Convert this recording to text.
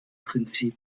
prinzip